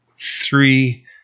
Three